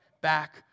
back